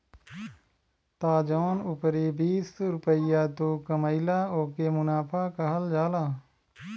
त जौन उपरी बीस रुपइया तू कमइला ओके मुनाफा कहल जाला